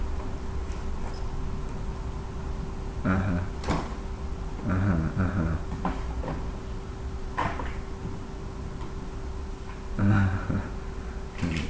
(uh huh) (uh huh) (uh huh) uh mm